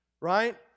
Right